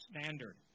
standard